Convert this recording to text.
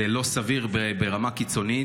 זה לא סביר ברמה קיצונית.